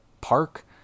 Park